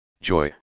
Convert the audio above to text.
joy